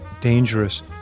dangerous